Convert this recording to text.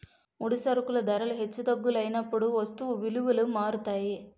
ముడి సరుకుల ధరలు హెచ్చు తగ్గులైనప్పుడు వస్తువు విలువలు మారుతాయి